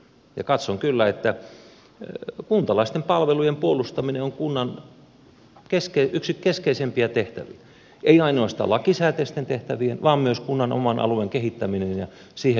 ja katson kyllä että kuntalaisten palveluiden puolustaminen on kunnan yksi keskeisimmistä tehtävistä ei ainoastaan lakisääteisten tehtävien vaan myös kunnan oman alueen kehittäminen ja siihen liittyvät kysymykset